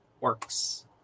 works